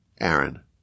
Aaron